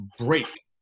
break